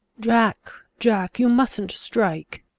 jack, jack, you mustn't strike.